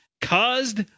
caused